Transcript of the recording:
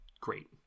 great